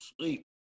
sleep